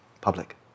public